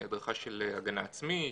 הדרכה של הגנה עצמית,